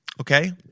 Okay